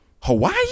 Hawaii